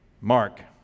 Mark